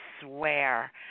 swear